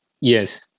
Yes